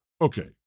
Okay